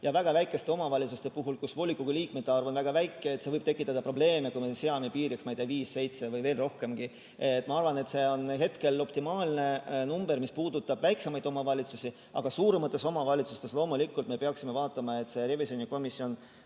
Ja väga väikeste omavalitsuste puhul, kus volikogu liikmete arv on väga väike, võib see tekitada probleeme, kui me seame piiriks, ma ei tea, viis kuni seitse või veel rohkemgi. Ma arvan, et see on hetkel optimaalne number, mis puudutab väiksemaid omavalitsusi. Aga suuremates omavalitsustes loomulikult me peaksime vaatama, et revisjonikomisjon